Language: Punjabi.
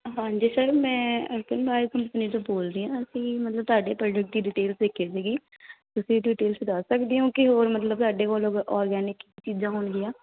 ਹਾਂਜੀ ਸਰ ਮੈਂ ਕੰਪਨੀ ਤੋਂ ਬੋਲਦੀ ਹਾਂ ਅਸੀਂ ਮਤਲਬ ਤੁਹਾਡੇ ਪ੍ਰੋਡਕਟ ਦੀ ਡਿਟੇਲ ਦੇਖੀ ਸੀਗੀ ਤੁਸੀਂ ਡਿਟੇਲ 'ਚ ਦੱਸ ਸਕਦੇ ਹੋ ਕਿ ਹੋਰ ਮਤਲਬ ਸਾਡੇ ਕੋਲ ਗ ਔਰਗੈਨਿਕ ਚੀਜ਼ਾਂ ਹੋਣਗੀਆਂ